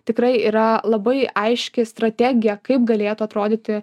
tikrai yra labai aiški strategija kaip galėtų atrodyti